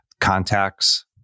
contacts